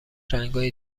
رنگای